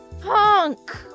punk